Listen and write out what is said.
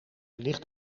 ligt